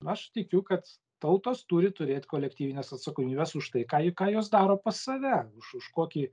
aš tikiu kad tautos turi turėt kolektyvines atsakomybes už tai ką ji ką jos daro pas save už už kokį